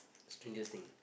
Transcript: strangest thing